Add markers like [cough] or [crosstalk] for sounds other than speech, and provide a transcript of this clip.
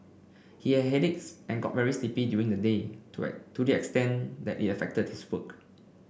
he had headaches and got very sleepy during the day [unintelligible] to the extent that it affected his work